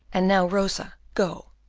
and now, rosa, go,